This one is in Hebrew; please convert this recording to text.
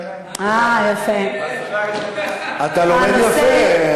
אתה לומד יפה,